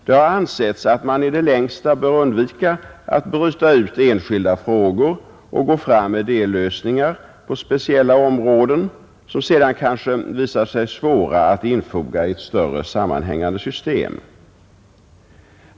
Det har ansetts att man i det längsta bör undvika att bryta ut enskilda frågor och gå fram med dellösningar på speciella områden som sedan kanske visar sig svåra att infoga i ett större sammanhängande system.